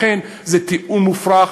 לכן זה טיעון מופרך,